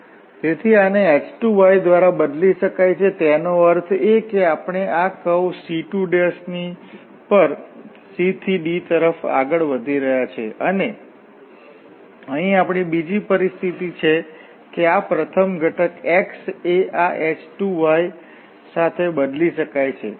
તેથી આને h2 દ્વારા બદલી શકાય છે તેનો અર્થ એ કે આપણે આ કર્વ C2 ની પર c થી d તરફ આગળ વધી રહ્યા છીએ અને અહીં આપણી બીજી પરિસ્થિતિ છે કે આ પ્રથમ ઘટક x ને આ h1 સાથે બદલી શકાય છે